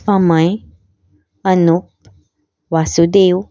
Amay Anup Vasudev